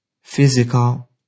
physical